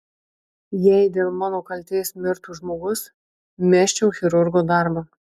jei dėl mano kaltės mirtų žmogus mesčiau chirurgo darbą